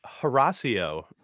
Horacio